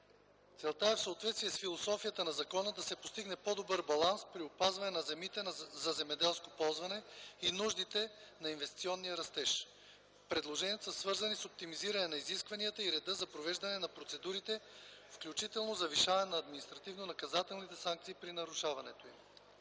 Целта е в съответствие с философията на закона да се постигне по-добър баланс при опазването на земите за земеделско ползване и нуждите на инвестиционния растеж. Предложенията са свързани с оптимизиране на изискванията и реда за провеждане на процедурите, включително завишаване на административнонаказателните санкции при нарушаването им.